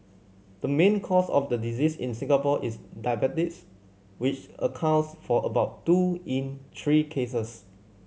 the main cause of the disease in Singapore is diabetes which accounts for about two in three cases